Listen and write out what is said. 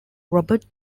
robert